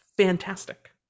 fantastic